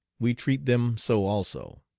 we treat them so also.